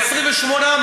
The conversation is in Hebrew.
ל-28.